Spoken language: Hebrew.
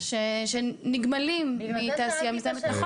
שנגמלים מתעשייה מזהמת.